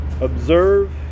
observe